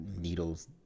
needles